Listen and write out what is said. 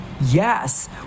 yes